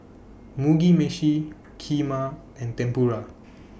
Mugi Meshi Kheema and Tempura